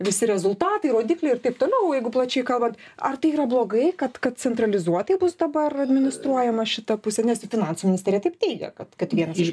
visi rezultatai rodikliai ir taip toliau o jeigu plačiai kalbant ar tai yra blogai kad kad centralizuotai bus dabar administruojama šita pusė nes ir finansų ministerija taip teigia kad kad vienas iš